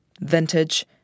Vintage